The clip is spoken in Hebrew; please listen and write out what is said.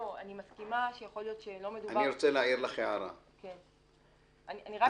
אני מסכימה שיכול להיות שלא מדובר- -- אני רוצה להעיר לך הערה.